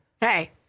Hey